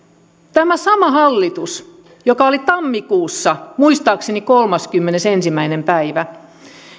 tämä sama hallitus joka oli tammikuussa muistaakseni kolmaskymmenesensimmäinen päivä